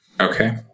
Okay